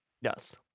yes